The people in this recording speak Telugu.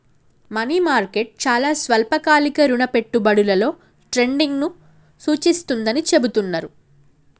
మనీ మార్కెట్ చాలా స్వల్పకాలిక రుణ పెట్టుబడులలో ట్రేడింగ్ను సూచిస్తుందని చెబుతున్నరు